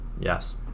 yes